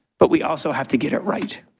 but we also have to get it right.